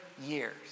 years